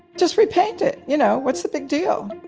just repaint it. you know what's the big deal?